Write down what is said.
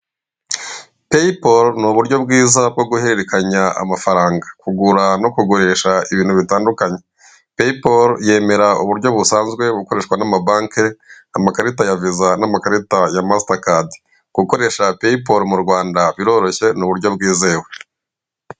Peyiporo ni uburyo bwiza bwo guhererekanya amafaranga, kugura no kugurisha ibintu bitandukanye. Peyiporo yemera uburyo busanzwe ubukoreshwa na mabanke, amakarita ya viza na makarita ya masitakadi. Gukoresha peyiporo mu Rwanda biroroshye ni uburyo bwizewe.